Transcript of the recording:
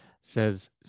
says